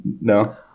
No